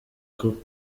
kuko